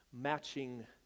matching